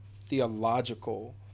theological